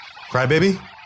Crybaby